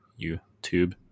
YouTube